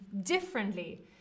differently